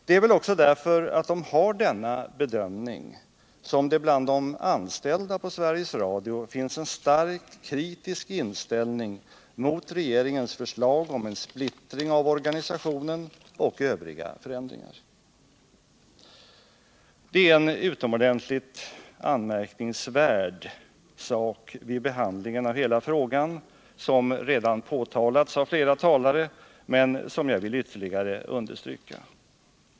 Det är väl också därför att de anställda på Sveriges Radio har denna bedömning som det bland dem finns en starkt kritisk inställning mot regeringens förslag om en splittring av organisationen och övriga förändringar. Vid behandlingen av den här frågan har man att notera en utomordentligt anmärkningsvärd sak, som redan påtalats av flera talare men som jag vill ytterligare understryka.